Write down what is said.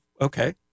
okay